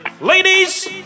Ladies